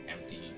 empty